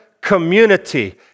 community